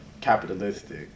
capitalistic